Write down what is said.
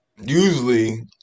usually